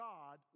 God